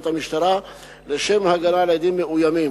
המשטרה לשם הגנה על עדים מאוימים.